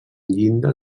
llinda